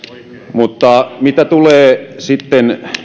mitä tulee sitten